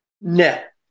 net